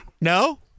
No